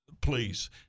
please